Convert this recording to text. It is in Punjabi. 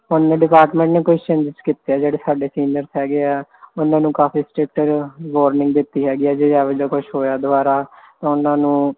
ਉਹਨੇ ਡਿਪਾਰਟਮੈਂਟ ਨੇ ਕੁਛ ਚੇੰਜਸ ਕੀਤੇ ਹੈ ਜਿਹੜੇ ਸਾਡੇ ਸੀਨੀਅਰ ਹੈਗੇ ਆ ਉਹਨਾਂ ਨੂੰ ਕਾਫ਼ੀ ਸਟਰਿਕਟ ਵਾਰਨਿੰਗ ਦਿੱਤੀ ਹੈਗੀ ਆ ਜੇ ਐਵੇਂ ਦਾ ਕੁਛ ਹੋਇਆ ਦੁਬਾਰਾ ਤਾਂ ਉਹਨਾਂ ਨੂੰ